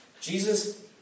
Jesus